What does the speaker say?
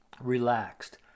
relaxed